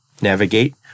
navigate